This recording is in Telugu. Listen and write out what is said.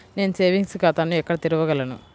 నేను సేవింగ్స్ ఖాతాను ఎక్కడ తెరవగలను?